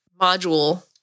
module